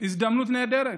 הזדמנות נהדרת,